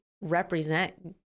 represent